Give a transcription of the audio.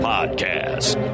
Podcast